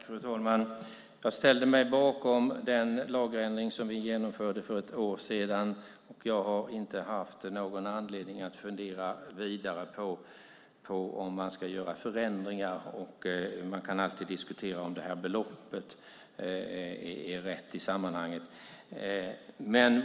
Fru talman! Jag ställde mig bakom den lagändring som vi för ett år sedan genomförde och har inte haft anledning att fundera vidare på om förändringar ska göras. Man kan alltid diskutera om beloppet i sammanhanget är rätt.